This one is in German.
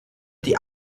die